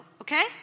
Okay